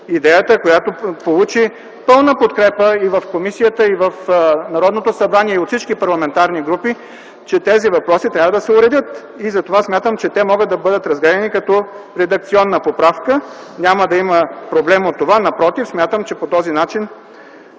идеята, която получи пълна подкрепа и в комисията, и в Народното събрание от всички парламентарни групи, че тези въпроси трябва да се уредят. Затова смятам, че те могат да бъдат разгледани като редакционна поправка, няма да има проблем от това. Напротив, смятам, че по този начин